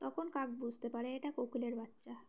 তখন কাক বুঝতে পারে এটা কোকিলের বাচ্চা